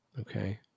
Okay